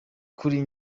kuri